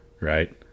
right